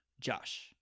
Josh